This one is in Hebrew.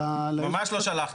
ממש לא שלחתם.